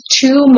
two